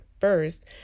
first